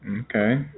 Okay